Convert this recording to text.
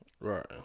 Right